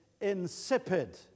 insipid